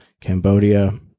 Cambodia